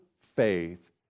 faith